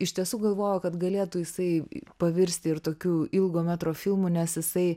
iš tiesų galvoju kad galėtų jisai pavirsti ir tokiu ilgo metro filmu nes jisai